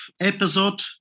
episode